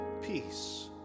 Peace